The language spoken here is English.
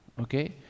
okay